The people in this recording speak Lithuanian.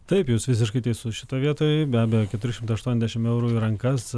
taip jūs visiškai teisus šitoj vietoj be abejo keturi šimtai aštuoniasdešim eurų į rankas